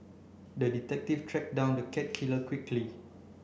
the detective tracked down the cat killer quickly